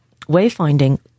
wayfinding